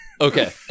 Okay